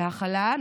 בהכלה.